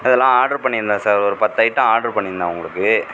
அதலாம் ஆட்ரு பண்ணியிருந்தேன் சார் ஒரு பத்து ஐட்டம் ஆட்ரு பண்ணியிருந்தேன் உங்களுக்கு